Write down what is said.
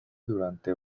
durante